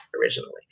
originally